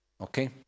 Okay